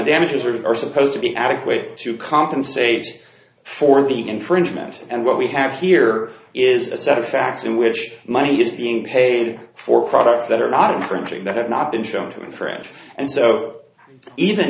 damages are supposed to be adequate to compensate for the infringement and what we have here is a set of facts in which money is being paid for products that are not infringing that have not been shown to infringe and so even